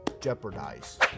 Jeopardize